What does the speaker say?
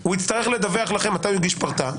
הוא יצטרך לדווח לכם מתי הוא הגיש פרטה,